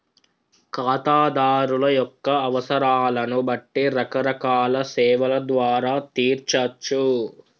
ఖాతాదారుల యొక్క అవసరాలను బట్టి రకరకాల సేవల ద్వారా తీర్చచ్చు